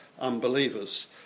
unbelievers